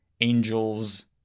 Angels